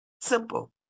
Simple